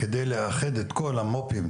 על מנת לאחד את כל המו"פים,